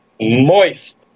Moist